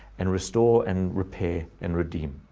and restore and repair and redeem.